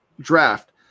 draft